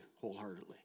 wholeheartedly